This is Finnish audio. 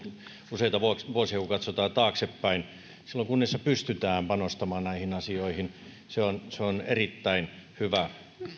useita vuosia kun katsotaan taaksepäin nyt kunnissa pystytään panostamaan näihin asioihin se on se on erittäin hyvä